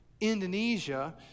Indonesia